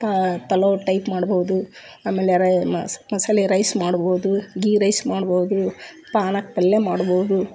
ಕಾ ಪಲಾವ್ ಟೈಪ್ ಮಾಡ್ಬೋದು ಆಮೇಲೆ ರೈ ಮಸ್ ಮಸಾಲೆ ರೈಸ್ ಮಾಡ್ಬೋದು ಗೀ ರೈಸ್ ಮಾಡ್ಬೋದು ಪಾಲಕ್ ಪಲ್ಯ ಮಾಡ್ಬೋದು